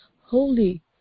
Holy